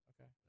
Okay